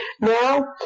Now